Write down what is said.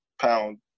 pound